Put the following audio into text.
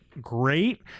great